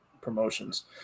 promotions